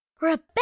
rebecca